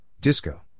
Disco